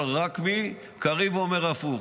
רק קריב אומר הפוך,